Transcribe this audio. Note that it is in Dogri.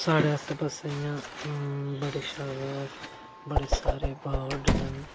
साढ़े आस्से पास्से इयां बडे़ शैल बडे़ सारे बर्डस ना